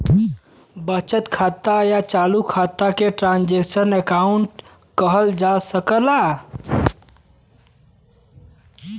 बचत या चालू खाता के ट्रांसक्शनल अकाउंट कहल जा सकल जाला